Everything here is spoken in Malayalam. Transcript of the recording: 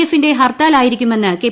എഫിന്റെ ഹർത്താലിയിരിക്കുമെന്ന് കെ